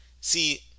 See